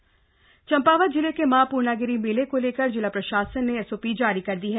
पुर्णागिरी मेला एसओपी चम्पावत जिले के मां पूर्णागिरि मेले को लेकर जिला प्रशासन ने एसओपी जारी कर दी है